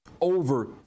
over